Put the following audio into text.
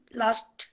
last